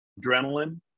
adrenaline